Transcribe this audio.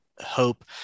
hope